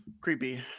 Creepy